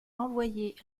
envoyées